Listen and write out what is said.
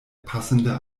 passende